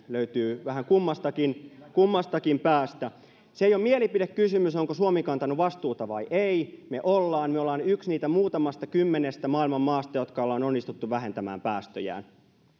löytyy vähän kummastakin kummastakin päästä se ei ole mielipidekysymys onko suomi kantanut vastuuta vai ei me olemme me olemme yksi niistä muutamasta kymmenestä maailman maasta jotka ovat onnistuneet vähentämään päästöjään